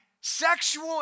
sexual